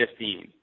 15